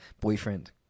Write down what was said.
boyfriend